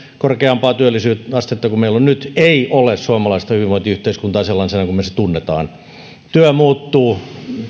korkeampaa työllisyysastetta kuin meillä on nyt ei ole suomalaista hyvinvointiyhteiskuntaa sellaisena kuin me sen tunnemme työ muuttuu